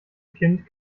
kind